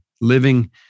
living